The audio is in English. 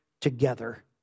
together